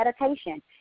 meditation